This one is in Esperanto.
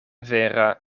vera